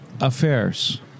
affairs